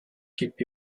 keep